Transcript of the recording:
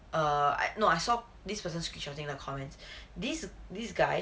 err no I saw this person speak something on the comments this this guy